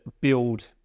build